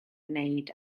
wneud